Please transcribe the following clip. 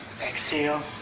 Exhale